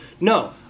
No